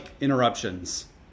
interruptions